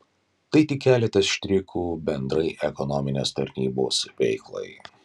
tai tik keletas štrichų bendrai ekonominės tarnybos veiklai